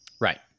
Right